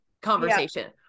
conversation